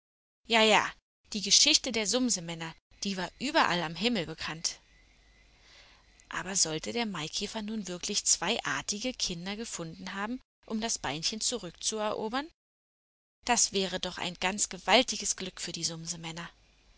kopfe jaja die geschichte der sumsemänner die war überall am himmel bekannt aber sollte der maikäfer nun wirklich zwei artige kinder gefunden haben um das beinchen zurückzuerobern das wäre doch ein ganz gewaltiges glück für die